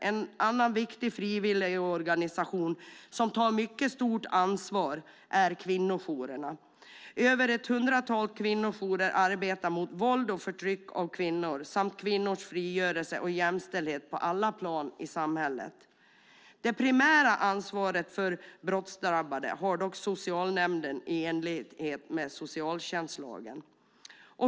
En annan viktig frivilligorganisation som tar ett mycket stort ansvar är kvinnojourerna. Över ett hundratal kvinnojourer arbetar mot våld och förtryck av kvinnor samt för kvinnors frigörelse och jämställdhet på alla plan i samhället. Det primära ansvaret för brottsdrabbade har dock socialnämnden i enlighet med socialtjänstlagen.